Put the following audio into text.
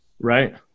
Right